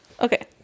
Okay